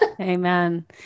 Amen